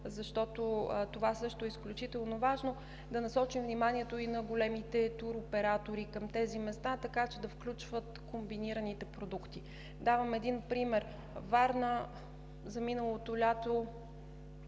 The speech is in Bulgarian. защото това също е изключително важно – да насочим вниманието и на големите туроператори към тези места, така че да включват комбинираните продукти. Давам един пример: за миналото лято